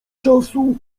czasu